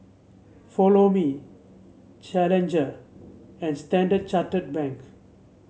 Follow Me Challenger and Standard Chartered Bank